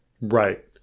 Right